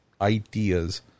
ideas